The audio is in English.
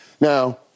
Now